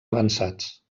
avançats